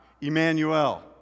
Emmanuel